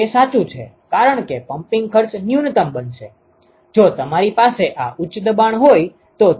તે સાચું છે કારણ કે પમ્પિંગ ખર્ચ ન્યૂનતમ બનશે જો તમારી પાસે આ ઉચ્ચ દબાણ હોય તો